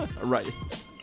right